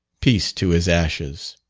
peace to his ashes.